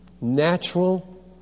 Natural